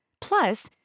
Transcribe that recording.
Plus